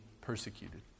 persecuted